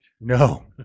no